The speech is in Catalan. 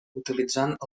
utilitzant